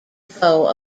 foe